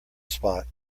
spot